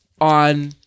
on